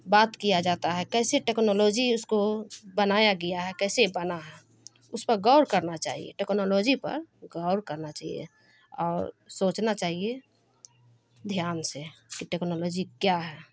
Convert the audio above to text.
بات کیا جاتا ہے کیسے ٹیکنالوجی اس کو بنایا گیا ہے کیسے بنا ہے اس پر غور کرنا چاہیے ٹیکنالوجی پر غور کرنا چاہیے اور سوچنا چاہیے دھیان سے کہ ٹیکنالوجی کیا ہے